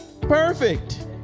perfect